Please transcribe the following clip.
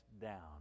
down